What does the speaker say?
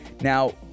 Now